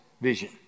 vision